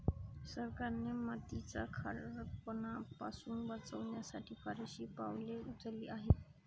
सरकारने मातीचा खारटपणा पासून वाचवण्यासाठी फारशी पावले उचलली आहेत